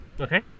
Okay